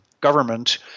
government